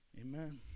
amen